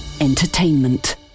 Entertainment